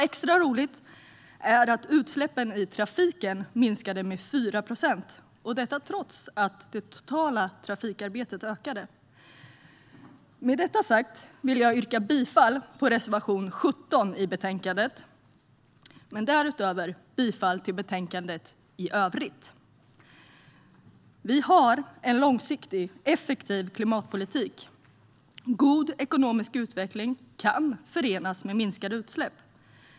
Extra roligt är det att utsläppen i trafiken minskade med 4 procent, detta trots att det totala trafikarbetet ökade. Med detta sagt vill jag yrka bifall till reservation 17 i betänkandet och därutöver bifall till förslagen i betänkandet i övrigt. Vi har en långsiktig, effektiv klimatpolitik. God ekonomisk utveckling kan förenas med minskade utsläpp.